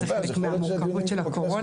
זה חלק מהמורכבות של הקורונה.